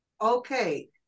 Okay